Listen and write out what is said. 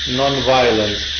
non-violence